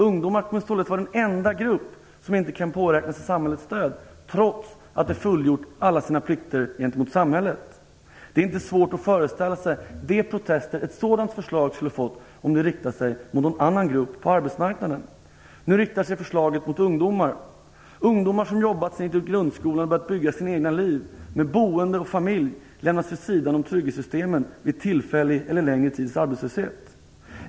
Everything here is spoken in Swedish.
Ungdomar kommer således att vara den enda grupp som inte kan påräkna sig samhällets stöd, trots att de fullgjort alla sina plikter gentemot samhället. Det är inte svårt att föreställa sig de protester ett sådant förslag skulle ha fått om det hade riktat sig mot någon annan grupp på arbetsmarknaden. Nu riktar sig förslaget mot ungdomar. Ungdomar som jobbat sedan de gick ut grundskolan och som börjat att bygga sina egna liv med boende och familj lämnas vid sidan av trygghetssystemen vid tillfällig eller längre tids arbetslöshet.